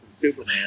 Superman